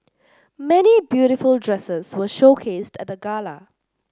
many beautiful dresses were showcased at the gala